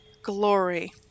Glory